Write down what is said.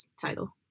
title